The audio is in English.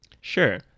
Sure